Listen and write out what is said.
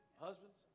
Husbands